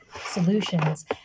solutions